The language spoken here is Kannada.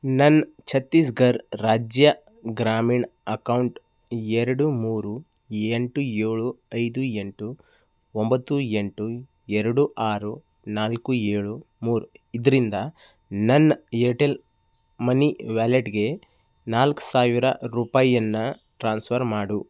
ನನ್ನ ಛತ್ತೀಸ್ಗಢ್ ರಾಜ್ಯ ಗ್ರಾಮೀಣ್ ಅಕೌಂಟ್ ಎರಡು ಮೂರು ಎಂಟು ಏಳು ಐದು ಎಂಟು ಒಂಬತ್ತು ಎಂಟು ಎರಡು ಆರು ನಾಲ್ಕು ಏಳು ಮೂರು ಇದರಿಂದ ನನ್ನ ಏರ್ಟೆಲ್ ಮನಿ ವ್ಯಾಲೆಟ್ಗೆ ನಾಲ್ಕು ಸಾವಿರ ರೂಪಾಯಿಯನ್ನ ಟ್ರಾನ್ಸ್ಫ಼ರ್ ಮಾಡು